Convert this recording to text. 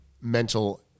mental